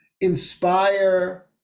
inspire